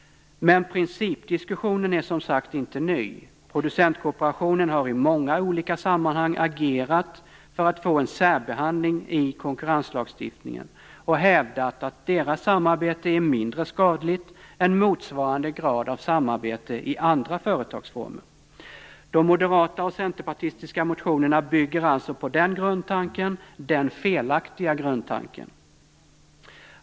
Men principdiskussionen är som sagt inte ny. Producentkooperationen har i många olika sammanhang agerat för att få en särbehandling i konkurrenslagstiftningen och hävdat att deras samarbete är mindre skadligt än motsvarande grad av samarbete i andra företagsformer. De moderata och centerpartistiska motionerna bygger alltså på den - felaktiga - grundtanken.